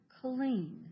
clean